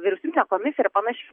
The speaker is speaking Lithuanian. vyriausybinė komisija ir panašiai